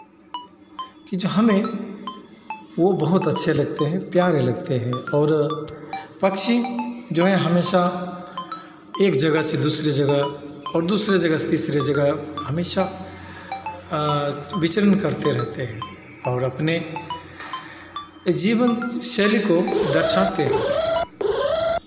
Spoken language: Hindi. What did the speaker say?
कि जो हमें वो बहुत अच्छे लगते हैं प्यारे लगते हैं और पक्षी जो हैं हमेशा एक जगह से दूसरे जगह और से तीसरे जगह हमेशा विचरण करते रहते हैं और अपने जीवन शैली को दर्शाते हैं